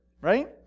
right